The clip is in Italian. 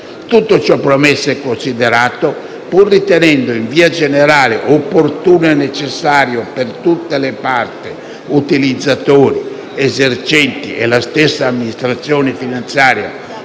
Tutto ciò premesso e considerato, pur ritenendo in via generale opportuno e necessario per tutte le parti (utilizzatori, esercenti e la stessa amministrazione finanziaria)